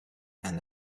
and